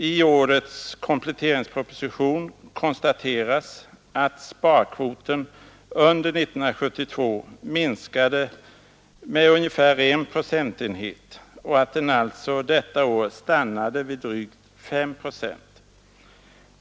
I årets kompletteringsproposition konstateras att sparkvoten under år 1972 minskade med ungefär 1 procentenhet och att den alltså detta år stannade vid drygt 5 procent.